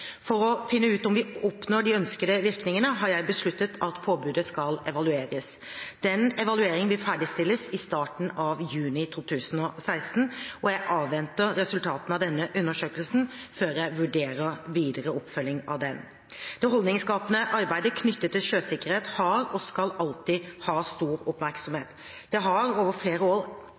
For å finne ut om vi oppnår de ønskede virkningene, har jeg besluttet at påbudet skal evalueres. Den evalueringen vil ferdigstilles i starten av juni 2016, og jeg avventer resultatene av denne undersøkelsen før jeg vurderer videre oppfølging av den. Det holdningsskapende arbeidet knyttet til sjøsikkerhet har og skal alltid ha stor oppmerksomhet. Det har over flere år